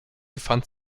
befand